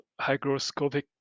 hygroscopic